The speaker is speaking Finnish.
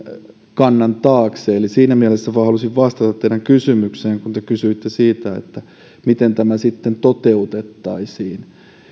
kannan taakse eli siinä mielessä vain halusin vastata teidän kysymykseenne kun te kysyitte siitä miten tämä sitten toteutettaisiin